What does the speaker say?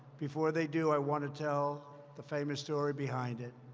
before they do, i want to tell the famous story behind it.